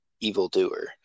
evildoer